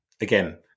again